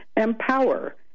empower